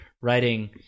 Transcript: writing